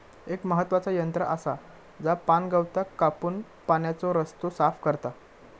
एक महत्त्वाचा यंत्र आसा जा पाणगवताक कापून पाण्याचो रस्तो साफ करता